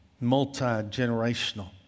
multi-generational